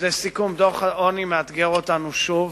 לסיכום, דוח העוני מאתגר אותנו שוב.